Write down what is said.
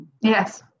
Yes